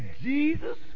Jesus